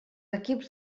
equips